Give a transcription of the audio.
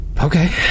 Okay